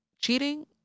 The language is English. cheating